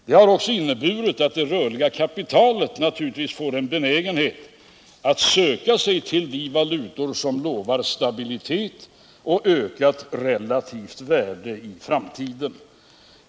Det har också inneburit att det rörliga kapitalet naturligtvis får en benägenhet att söka sig till de valutor som lovar stabilitet och ökat relativt värde i framtiden.